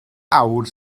awr